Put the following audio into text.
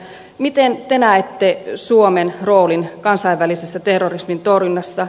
miten te näette suomen roolin kansainvälisessä terrorismin torjunnassa